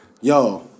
Yo